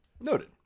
noted